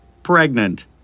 Pregnant